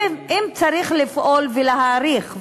אם צריך לפעול ולהאריך,